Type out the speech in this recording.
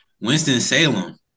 Winston-Salem